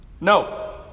No